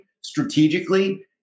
strategically